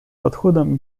подходом